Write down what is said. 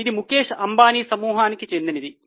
ఇది ముఖేష్ అంబానీ సమూహానికి చెందినది